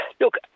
Look